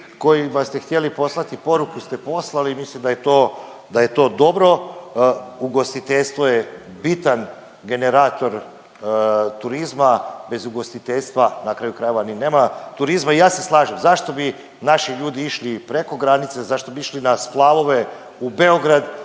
kojima ste htjeli poslati poruku ste poslali, mislim da je to dobro, ugostiteljstvo je bitan generator turizma, bez ugostiteljstva, na kraju krajeva ni nema turizma i ja se slažem, zašto bi naši ljudi išli preko granice, zašto bi išli na splavove u Beograd